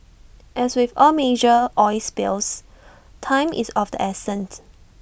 as with all major oil spills time is of the essence